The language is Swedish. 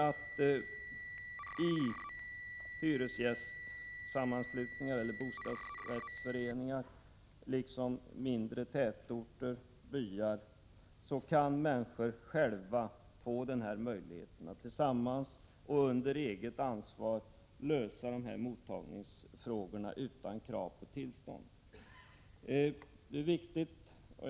I hyresgästsammanslutningar, bostadsrättsföreningar liksom på mindre tätorter och i byar kan människorna själva få möjligheten att tillsammans och under eget ansvar lösa mottagningsfrågorna utan krav på tillstånd. Det är viktigt.